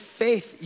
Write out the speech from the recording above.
faith